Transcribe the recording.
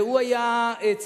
והוא היה צריך